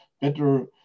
better